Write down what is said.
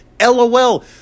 LOL